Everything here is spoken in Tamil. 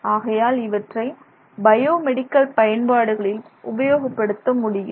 ஆகையால் இவற்றை பயோமெடிக்கல் பயன்பாடுகளில் உபயோகப்படுத்த முடியும்